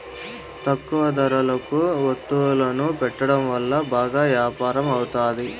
తక్కువ ధరలకు వత్తువులను పెట్టడం వల్ల బాగా యాపారం అవుతాది